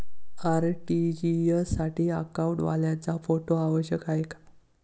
RTGS साठी अकाउंटवाल्याचा photo आवश्यक आहे का?